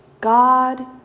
God